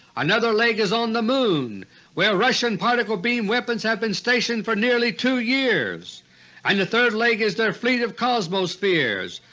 another leg is on the moon where russian particle beam-weapons have been stationed for nearly two years and the third leg is their fleet of cosmospheres,